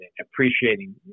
appreciating